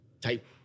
type